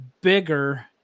bigger